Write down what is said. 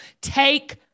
take